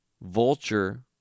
Vulture